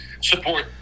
support